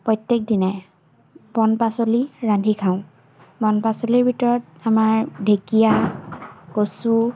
প্ৰত্যেক দিনাই বন পাচলি ৰান্ধি খাওঁ বন পাচলিৰ ভিতৰত আমাৰ ঢেঁকীয়া কচু